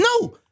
No